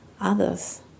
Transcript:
others